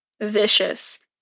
vicious